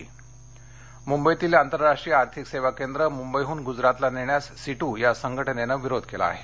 आर्थिक केंद्र नाशिक मुंबईतील आंतरराष्ट्रीय आर्थिक सेवा केंद्र मुंबईहून गुजरातला नेण्यास सीटू या संघटनेने विरोध केला आहे